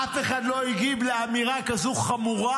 אף אחד לא הגיב לאמירה כזו חמורה,